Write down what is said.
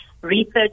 research